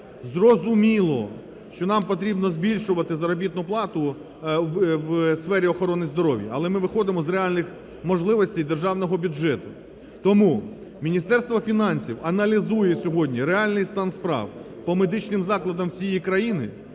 Зрозуміло, що нам потрібно збільшувати заробітну плату в сфері охорони здоров'я, але ми виходимо з реальних можливостей державного бюджету. Тому Міністерство фінансів аналізує сьогодні реальний стан справ по медичним закладам всієї країни